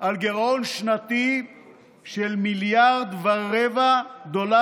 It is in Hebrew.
על גירעון שנתי של 1.25 מיליארד דולרוס,